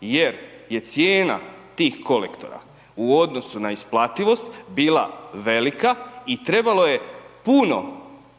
jer je cijena tih kolektora u odnosu na isplativost bila velika i trebalo je puno